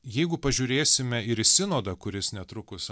jeigu pažiūrėsime ir į sinodą kuris netrukus